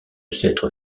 s’être